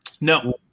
No